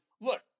look